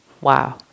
Wow